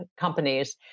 companies